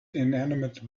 inanimate